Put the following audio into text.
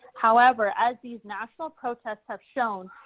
however, as these national protests have shown,